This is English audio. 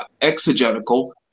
exegetical